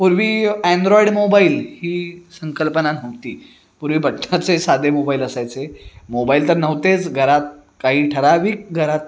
पूर्वी android mobile ही संकल्पना नव्हती पूर्वी बटणाचे साधे मोबाईल असायचे मोबाईल तर नव्हतेच घरात काही ठराविक घरात